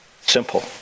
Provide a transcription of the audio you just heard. simple